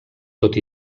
tot